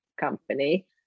company